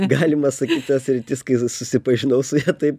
galima sakyt ta sritis kai susipažinau su ja tai